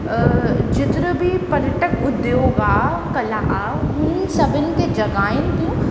जिधर बि पर्यटक उद्दोग आहे कला आहे हुन सभिनि खे जॻहियुनि खे